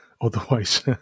Otherwise